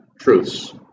truths